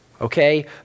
okay